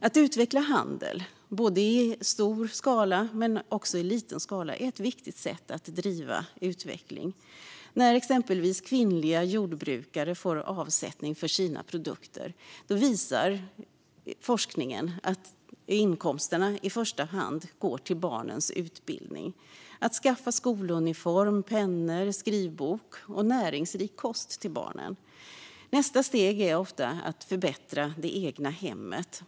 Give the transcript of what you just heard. Att utveckla handel i både stor och liten skala är ett viktigt sätt att driva utveckling. När exempelvis kvinnliga jordbrukare får avsättning för sina produkter visar forskningen att inkomsterna i första hand går till barnens utbildning. Man skaffar skoluniformer, pennor, skrivböcker och näringsrik kost till barnen. Nästa steg är ofta att förbättra det egna hemmet.